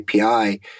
API